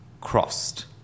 crossed